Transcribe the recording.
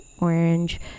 orange